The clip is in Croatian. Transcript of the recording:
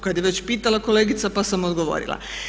Kad je već pitala kolegica pa sam odgovorila.